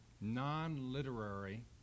non-literary